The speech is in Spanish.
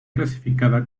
clasificada